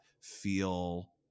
feel